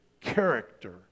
character